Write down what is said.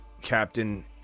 captain